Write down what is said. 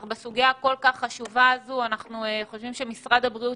אבל בסוגיה כל כך חשובה אנחנו חושבים שמשרד הבריאות